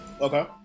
Okay